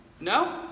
No